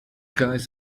guys